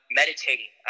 meditating